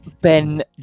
ben